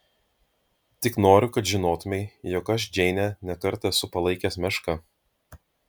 tik noriu kad žinotumei jog aš džeinę ne kartą esu palaikęs meška